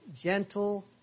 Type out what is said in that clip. gentle